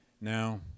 Now